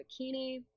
bikini